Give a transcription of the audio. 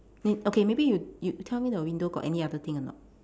n~ okay maybe you you tell me your window got any other thing or not